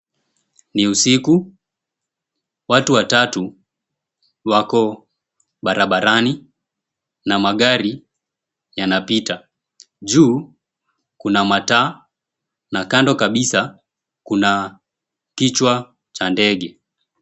Ni usiku watu watatu wako barabarani na magari yanapita. Juu kuna mataa na kando kabisa kuna kichwa cha ndege.